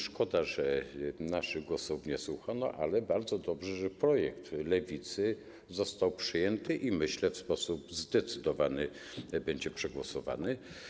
Szkoda, że naszych głosów nie słuchano, ale bardzo dobrze, że projekt Lewicy został przyjęty i że, jak myślę, w sposób zdecydowany będzie przegłosowany.